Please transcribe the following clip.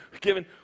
given